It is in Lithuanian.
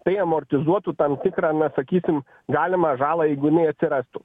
tai amortizuotų tam tikrą na sakysim galimą žalą jeigu jinai atsirastų